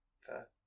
Fair